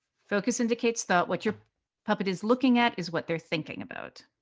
focus indicates thought. what your puppet is looking at is what they're thinking about.